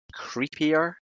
creepier